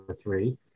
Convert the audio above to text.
three